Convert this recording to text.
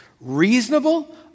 reasonable